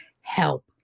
help